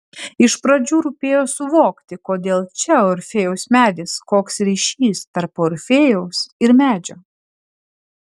iš pradžių rūpėjo suvokti kodėl čia orfėjaus medis koks ryšys tarp orfėjaus ir medžio